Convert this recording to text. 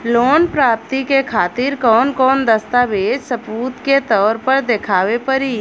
Loan प्राप्ति के खातिर कौन कौन दस्तावेज सबूत के तौर पर देखावे परी?